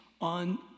on